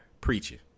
preaching